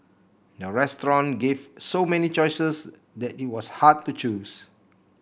the restaurant gave so many choices that it was hard to choose